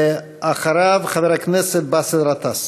אחריו, חבר הכנסת באסל גטאס.